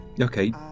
Okay